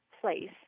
place